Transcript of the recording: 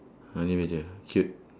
honey badger cute